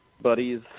buddies